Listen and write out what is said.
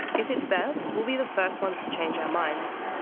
if it's there, we'll be the first ones to change our minds.